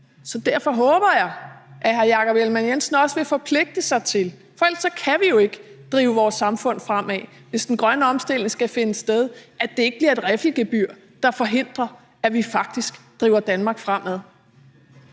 Derfor håber jeg, at hr. Jakob Ellemann-Jensen også vil forpligte sig til – for ellers kan vi jo ikke drive vores samfund fremad, hvis den grønne omstilling skal finde sted – at det ikke bliver et riffelgebyr, der forhindrer, at vi faktisk driver Danmark fremad.